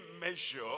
measure